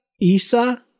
Isa